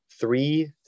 three